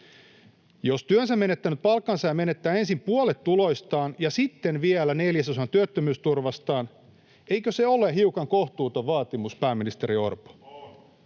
Jos työnsä menettänyt palkansaaja menettää ensin puolet tuloistaan ja sitten vielä neljäsosan työttömyysturvastaan, eikö se ole kohtuuton vaatimus, pääministeri Orpo?